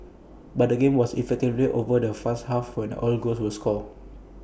but the game was effectively over in the first half when all goals were scored